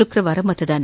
ಶುಕ್ರವಾರ ಮತದಾನ